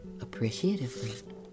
appreciatively